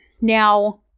now